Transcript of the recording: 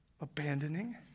Abandoning